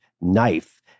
knife